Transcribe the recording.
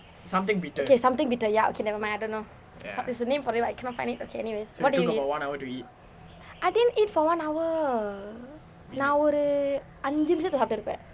okay something bitter yup okay never mind I don't know there's a name for it but I cannot find it okay anyways what did you I eat I didn't eat for one hour ஐந்து நிமிஷங்களில் சாப்பிட்டிருப்பேன்:ainthu nimishangalil sappittirupen